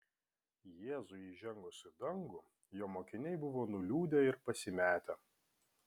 jėzui įžengus į dangų jo mokiniai buvo nuliūdę ir pasimetę